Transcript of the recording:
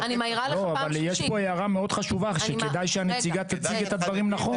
אבל יש פה הערה מאוד חשובה שכדאי שהנציגה תציג את הדברים נכון.